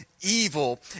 evil